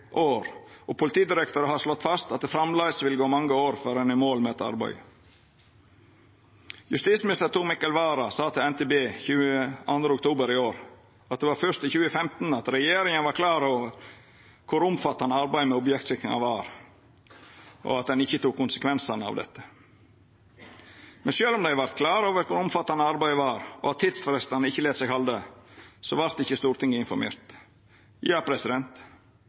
år, og Politidirektoratet har slått fast at det framleis vil gå mange år før ein er i mål med dette arbeidet. Justisminister Tor Mikkel Wara sa til NTB den 22. oktober i år at det var fyrst i 2015 at regjeringa vart klar over kor omfattande arbeidet med objektsikringa var, og at ein ikkje tok konsekvensane av dette. Men sjølv om dei vart klar over kor omfattande arbeidet var, og at tidsfristane ikkje lét seg halda, vart ikkje Stortinget informert.